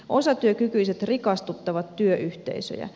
osatyökykyiset rikastuttavat työyhteisöjä